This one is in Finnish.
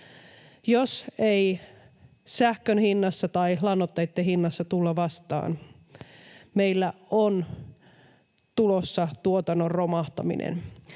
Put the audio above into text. Jos ei sähkön hinnassa tai lannoitteitten hinnassa tulla vastaan, meillä on tulossa tuotannon romahtaminen.